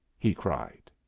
he cried.